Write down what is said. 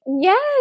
Yes